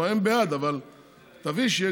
לא יודע